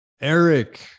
Eric